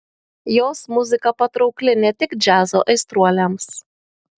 jos muzika patraukli ne tik džiazo aistruoliams